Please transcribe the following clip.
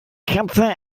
katze